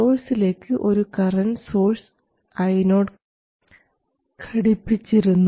സോഴ്സിലേക്ക് ഒരു current source Io ഘടിപ്പിച്ചിരുന്നു